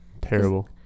Terrible